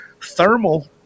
Thermal